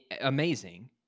amazing